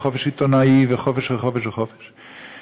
"חופש עיתונאי" וחופש וחופש וחופש,